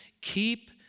Keep